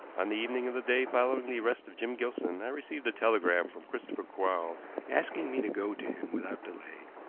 on the evening of the day following the arrest of jim gilson i received a telegram from christopher quarles, asking me to go to him without delay.